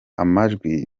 amajwi